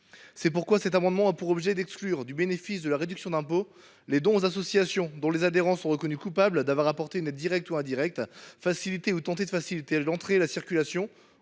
des impôts. Cet amendement a pour objet d’exclure du bénéfice de la réduction d’impôt les dons aux associations dont les adhérents sont reconnus coupables d’avoir apporté une aide directe ou indirecte, facilité ou tenté de faciliter l’entrée, la circulation